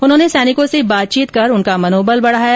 उन्होंने सैनिकों से बातचीत कर उनका मनोबल बढाया